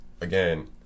again